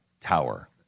Tower